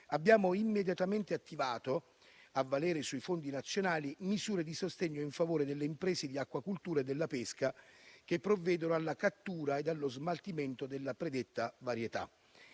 abbiamo immediatamente attivato, a valere sui fondi nazionali, misure di sostegno in favore delle imprese di acquacoltura e della pesca, che provvedono alla cattura ed allo smaltimento della predetta varietà.